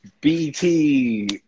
BT